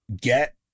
get